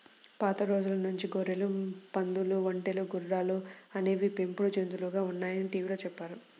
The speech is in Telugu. పాత రోజుల నుంచి గొర్రెలు, పందులు, ఒంటెలు, గుర్రాలు అనేవి పెంపుడు జంతువులుగా ఉన్నాయని టీవీలో చెప్పారు